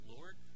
Lord